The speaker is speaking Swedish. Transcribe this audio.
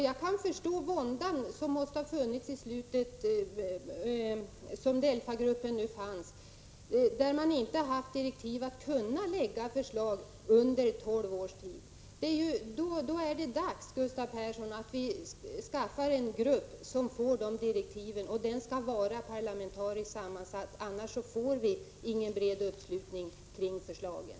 Jag kan förstå våndan inom DELFA-gruppen i slutskedet av detta arbete, då man inte haft sådana direktiv att man under tolv års tid har kunnat lägga fram förslag. Då är det dags, Gustav Persson, att skaffa en grupp som får de direktiven, och den skall vara parlamentariskt sammansatt, annars får vi ingen bred uppslutning kring förslagen.